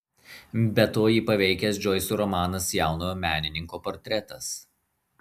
be to jį paveikęs džoiso romanas jaunojo menininko portretas